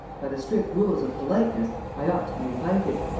by the strict rules of politeness, i ought to be invited.